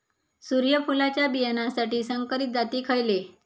सूर्यफुलाच्या बियानासाठी संकरित जाती खयले?